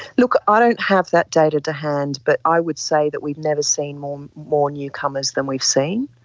look, i don't have that data to hand but i would say that we've never seen more more newcomers than we've seen.